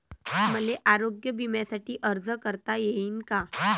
मले आरोग्य बिम्यासाठी अर्ज करता येईन का?